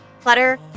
Clutter